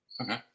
okay